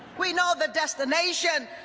we know the destination.